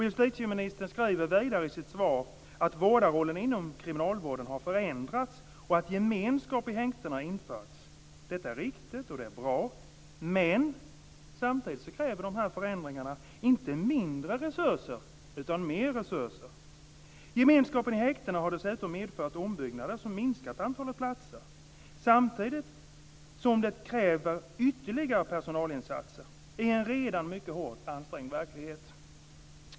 Justitieministern skriver vidare i sitt svar att vårdarrollen inom kriminalvården har förändrats och att gemenskap i häktena har införts. Detta är riktigt, och det är bra, men samtidigt kräver de här förändringarna inte mindre resurser utan mer resurser. Gemenskapen i häktena har dessutom medfört ombyggnader som minskat antalet platser samtidigt som det krävs ytterligare personalinsatser i en redan mycket hårt ansträngd verklighet.